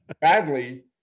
badly